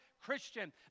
Christian